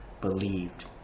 believed